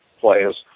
players